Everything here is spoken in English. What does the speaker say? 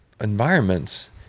environments